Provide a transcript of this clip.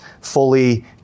fully